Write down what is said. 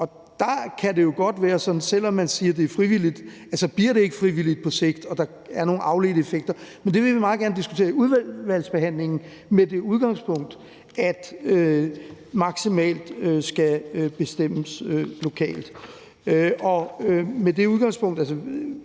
Der kan det jo godt være, at selv om man siger, at det er frivilligt, så bliver det ikke frivilligt på sigt, og at der er nogle afledte effekter, men det vil vi meget gerne diskutere i udvalgsbehandlingen med det udgangspunkt, at så meget som muligt skal bestemmes lokalt. Med det udgangspunkt